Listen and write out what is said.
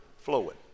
flowing